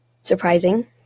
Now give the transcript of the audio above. surprising